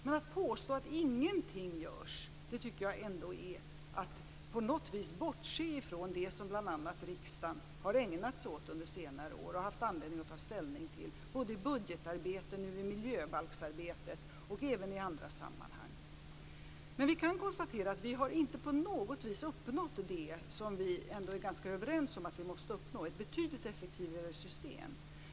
Men att påstå att ingenting görs tycker jag ändå är att bortse från det som bl.a. riksdagen har ägnat sig åt under senare år och haft anledning att ta ställning till i budgetarbetet, i miljöbalksarbetet och även i andra sammanhang. Vi kan konstatera att vi inte på något vis har uppnått det som vi ändå är ganska överens om att vi måste uppnå, nämligen ett betydligt effektivare system.